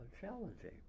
challenging